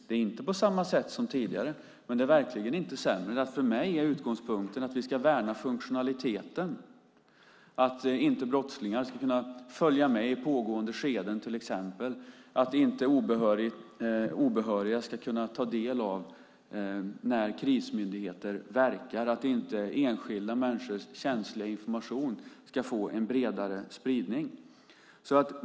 Det är inte på samma sätt som tidigare, men det är verkligen inte sämre. För mig är utgångspunkten att vi ska värna funktionaliteten, att inte brottslingar ska kunna följa med i pågående skeden, att inte obehöriga ska kunna ta del av när krismyndigheter verkar och att inte enskilda människors känsliga information ska få en bredare spridning.